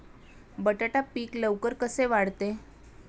बटाटा पीक लवकर कसे वाढते?